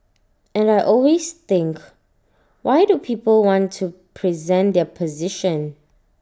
and I always think why do people want to present their position